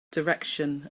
direction